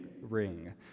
ring